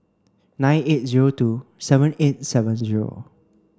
nine eight zero two seven eight seven zero